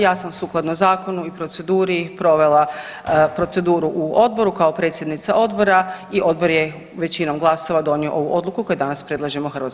Ja sam sukladno zakonu i proceduri provela proceduru u odboru kao predsjednica odbora i odbor je većinom glasova donio ovu odluku koju danas predlažemo HS.